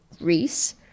Reese